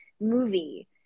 movie